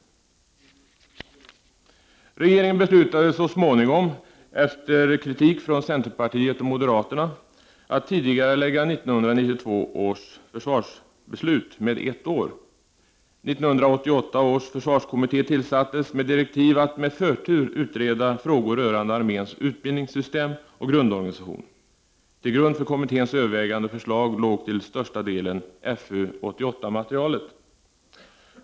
Regeringen beslutade så småningom, efter kritik från centerpartiet och moderaterna, att tidigarelägga 1992 års försvarsbeslut med ett år. 1988 års försvarskommitté tillsattes med direktiv att med förtur utreda frågor rörande arméns utbildningssystem och grundorganisation. Till grund för kommitténs övervägande och förslag låg till största delen FU 88-materialet.